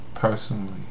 Personally